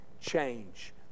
change